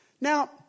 Now